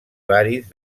varis